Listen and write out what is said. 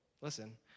listen